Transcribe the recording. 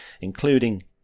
including